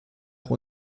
noch